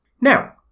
Now